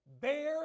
bear